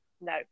No